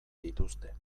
dituzte